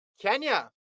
Kenya